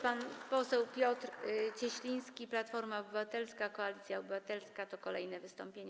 Pan poseł Piotr Cieśliński, Platforma Obywatelska - Koalicja Obywatelska, to kolejne wystąpienie.